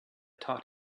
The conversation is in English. taught